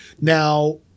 Now –